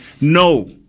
no